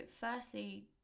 firstly